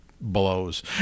blows